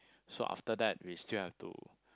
so after that we still have to